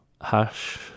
hash